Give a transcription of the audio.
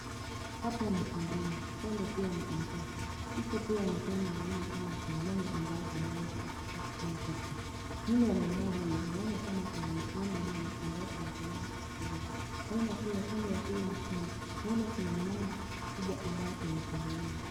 Hapa ni saloon , kando pia ni M-pesa , huku pia nikiona naona kama kuna mama ambaye anauza akitaka kuuza kitu, nyuma ya mama huyu, naona kama kuna muislamu mmoja ambaye anatembea peke yake, naona pia kando ya huyo muislamu naona kuna mlango kubwa ambaye umefunguliwa.